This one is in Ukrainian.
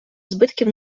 збитків